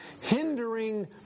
hindering